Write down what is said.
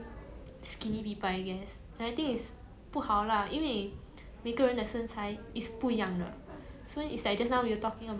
so it's like just now we were talking about the dieting and exercising like at the end of day 也是要看你自己的 genetic and metabolism [what]